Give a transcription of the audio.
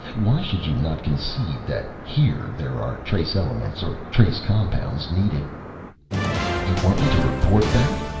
why should you not concede that here there are trace elements or trace compounds needed you want me to report that,